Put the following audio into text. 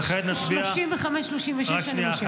וכעת נצביע -- 35 ו-36 אני מסירה.